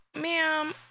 Ma'am